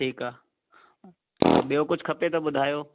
ठीकु आहे ऐं ॿियो कुझु खपे त ॿुधायो